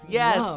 yes